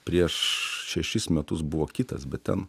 prieš šešis metus buvo kitas bet ten